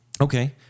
Okay